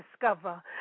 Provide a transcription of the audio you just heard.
discover